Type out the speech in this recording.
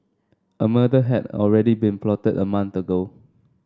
a murder had already been plotted a month ago